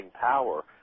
power